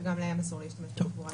שגם להם אסור להשתמש בתחבורה הציבורית.